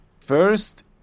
first